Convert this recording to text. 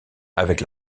avec